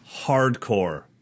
Hardcore